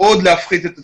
עוד להפחית את הצפיפות,